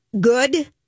good